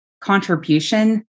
contribution